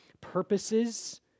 purposes